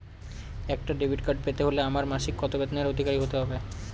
একটা debit card পেতে হলে আমার মাসিক কত বেতনের অধিকারি হতে হবে?